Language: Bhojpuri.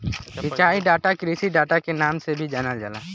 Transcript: सिंचाई डाटा कृषि डाटा के नाम से भी जानल जाला